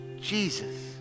Jesus